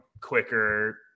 quicker